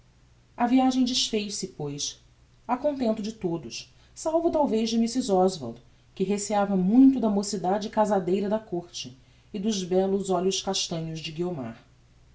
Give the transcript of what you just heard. a viagem desfez-se pois a contento de todos salvo talvez de mrs oswald que receiava muito da mocidade casadeira da côrte e dos bellos olhos castanhos de guiomar